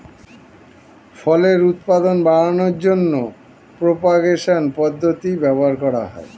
ফলের উৎপাদন বাড়ানোর জন্য প্রোপাগেশন পদ্ধতি ব্যবহার করা হয়